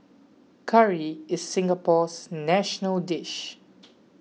curry is Singapore's national dish